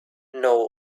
know